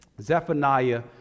Zephaniah